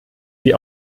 sie